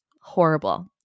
Horrible